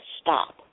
stop